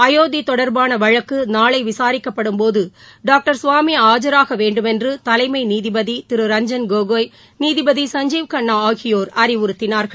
அயோத்தி தொடர்பான வழக்கு நாளை விசாரிக்கப்படும்போது டாக்டர் சுவாமி ஆஜராக வேண்டும் என்று தலைமை நீதிபதி திரு ரஞ்சன் கோகோய் நீதிபதி சஞ்சீவ் கண்ணா ஆகியோர் அறிவுறுத்தினார்கள்